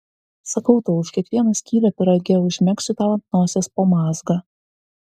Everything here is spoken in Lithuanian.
sakau tau už kiekvieną skylę pyrage užmegsiu tau ant nosies po mazgą